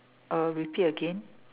err repeat again